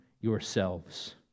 yourselves